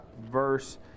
verse